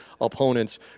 opponents